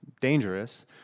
dangerous